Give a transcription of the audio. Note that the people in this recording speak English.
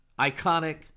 iconic